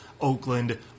Oakland